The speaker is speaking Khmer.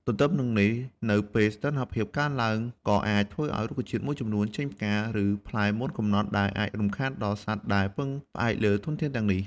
ទទ្ទឹមនឹងនេះ នៅពេលសីតុណ្ហភាពកើនឡើងក៏អាចធ្វើឱ្យរុក្ខជាតិមួយចំនួនចេញផ្កា ឬផ្លែមុនកំណត់ ដែលអាចរំខានដល់សត្វដែលពឹងផ្អែកលើធនធានទាំងនោះ។